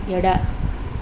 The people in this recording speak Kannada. ಎಡ